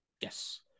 Yes